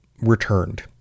returned